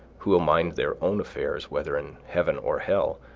who will mind their own affairs whether in heaven or hell,